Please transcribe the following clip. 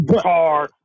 car